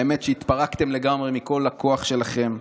האמת שהתפרקתם לגמרי מכל הכוח שלכם,